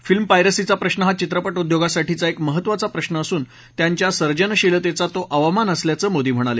film पायरसीचा प्रश्न हा चित्रपट उद्योगासाठीचा एक महत्त्वाचा प्रश्न असून त्यांच्या सर्जनशिलतेचा तो अवमान असल्याचं मोदी म्हणाले